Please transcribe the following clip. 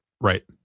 Right